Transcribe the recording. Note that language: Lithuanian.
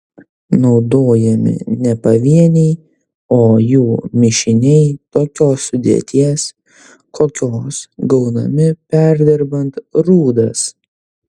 naudojami ne pavieniai o jų mišiniai tokios sudėties kokios gaunami perdirbant rūdas